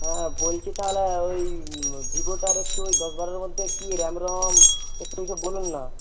হ্যাঁ বলছি তাহলে ওই ভিভোটার একটু ওই দশ বারোর মধ্যে কি র্যাম রম একটু ওই সব বলুন না